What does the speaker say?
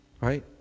Right